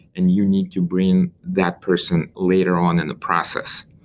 and you need to bring that person later on in the process.